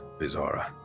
Bizarra